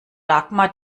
dagmar